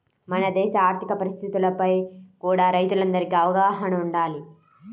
మన దేశ ఆర్ధిక పరిస్థితులపై కూడా రైతులందరికీ అవగాహన వుండాలి